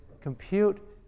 compute